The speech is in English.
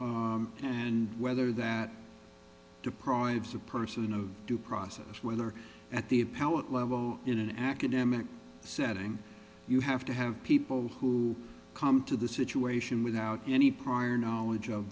and whether that deprives a person of due process whether at the appellate level in an academic setting you have to have people who come to the situation without any prior